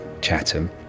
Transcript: Chatham